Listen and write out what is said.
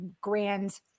grand